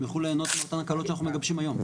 הם יוכלו ליהנות מאותם הקלות שאנחנו מגבשים היום.